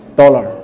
dollar